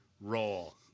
role